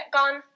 gone